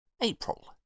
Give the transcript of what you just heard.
April